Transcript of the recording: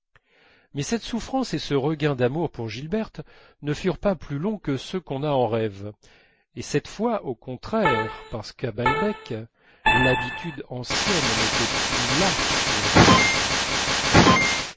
mais cette souffrance et ce regain d'amour pour gilberte ne furent pas plus longs que ceux qu'on a en rêve et cette fois au contraire parce qu'à balbec l'habitude ancienne n'était plus là pour les faire durer